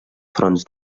fronts